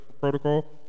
protocol